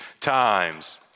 times